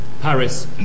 Paris